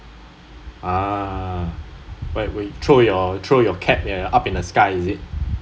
ah but we throw your throw your cap up in the sky is it